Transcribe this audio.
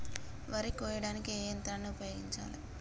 వరి కొయ్యడానికి ఏ యంత్రాన్ని ఉపయోగించాలే?